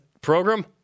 program